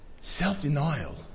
Self-denial